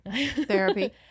Therapy